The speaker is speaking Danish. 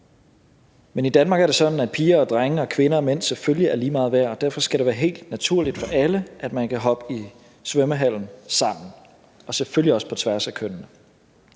Men i Danmark er det sådan, at piger og drenge og kvinder og mænd selvfølgelig er lige meget værd, og derfor skal det være helt naturligt for alle, at man kan bade i svømmehallen sammen – og selvfølgelig også på tværs af kønnene.